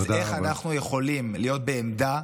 אז איך אנחנו יכולים להיות בעמדה